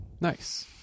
nice